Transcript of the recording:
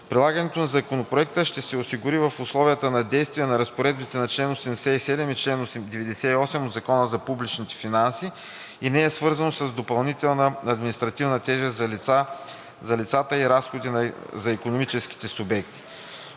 Прилагането на Законопроекта ще се осигури в условията на действие на разпоредбите на чл. 87 и чл. 98 от Закона за публичните финанси и не е свързано с допълнителна административна тежест за лицата и разходи за икономическите субекти.